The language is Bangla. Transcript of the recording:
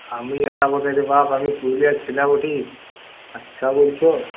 আমি আর আমাদের বাপ আমি পুরুলিয়ার ছেলে বটি আচ্ছা বলছো